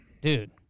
Dude